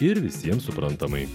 ir visiem suprantamai